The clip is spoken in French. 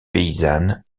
paysanne